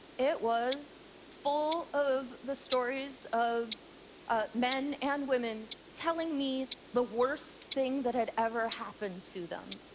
it was full of the stories of ah men and women telling me the worst thing that had ever happened to them.